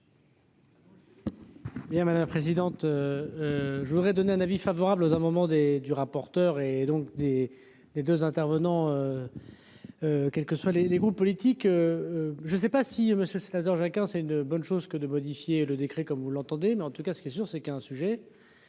Bien, madame la présidente, je voudrais donner un avis favorable aux au moment des du rapporteur et donc des des 2 intervenants, quelles que soient les les groupes politiques, je sais pas si Monsieur Snyder Jacques hein, c'est une bonne chose que de modifier le décret comme vous l'entendez, mais en tout cas ce qui est sûr, c'est qu'il y a un sujet